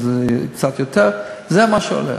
עברה